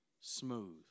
smooth